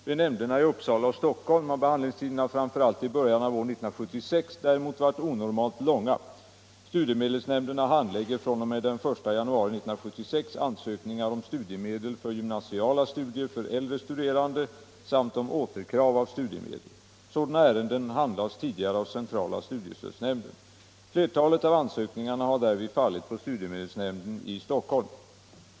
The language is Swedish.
Vid nämnderna i Uppsala och Stockholm har behandlingstiderna framför allt i början av år 1976 varit onormalt långa. Studiemedelsnämnderna handlägger fr.o.m. den 1 januari 1976 ansökningar om studiemedel för gymnasiala studier för äldre studerande samt om återkrav av studiemedel. Sådana ärenden handlades tidigare av centrala studiestödsnämnden. Flertalet av ansökningarna har därvid fallit på studiemedelsnämnden i Stockholm.